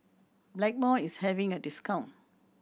Blackmores is having a discount